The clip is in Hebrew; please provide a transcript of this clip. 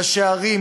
ראשי ערים,